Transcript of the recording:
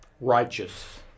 Righteous